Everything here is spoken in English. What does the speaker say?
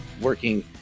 working